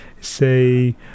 say